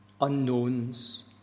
unknowns